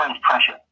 pressure